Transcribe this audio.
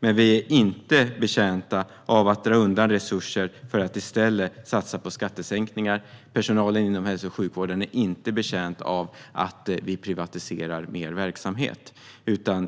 Men vi är inte betjänta av att dra undan resurser för att i stället satsa på skattesänkningar. Personalen inom hälso och sjukvården är inte betjänt av att vi privatiserar mer verksamhet.